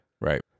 Right